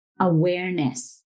awareness